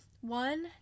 one